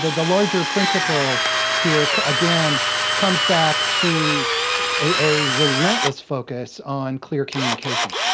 the larger principle here again comes back to a relentless focus on clear communication.